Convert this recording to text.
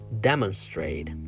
demonstrate